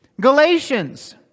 Galatians